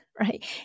right